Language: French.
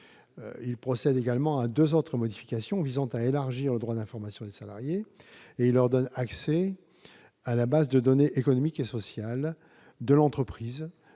à procéder à deux autres modifications visant à élargir le droit d'information des salariés : il leur donne accès à la base de données économiques et sociales, la BDES, de l'entreprise